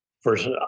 first